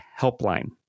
helpline